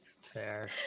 Fair